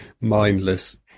mindless